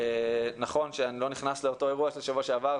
אני לא נכנס לאותו אירוע של שבוע שעבר,